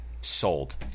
sold